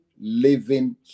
Living